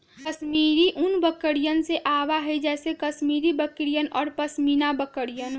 कश्मीरी ऊन बकरियन से आवा हई जैसे कश्मीरी बकरियन और पश्मीना बकरियन